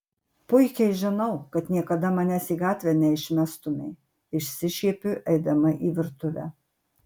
puikiai žinau kad niekada manęs į gatvę neišmestumei išsišiepiu eidama į virtuvę